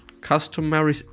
customary